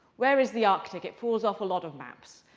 where is the arctic? it falls off a lot of maps.